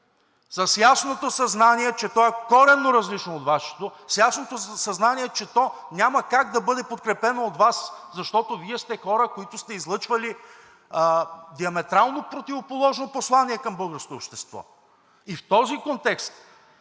с ясното съзнание, че то е коренно различно от Вашето. С ясното съзнание, че то няма как да бъде подкрепено от Вас, защото Вие сте хора, които сте излъчвали диаметрално противоположно послание към българското общество. В този контекст